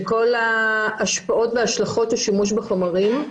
לכל ההשפעות וההשלכות של שימוש בחומרים,